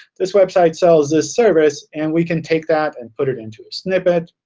this website sells this service. and we can take that and put it into a snippet.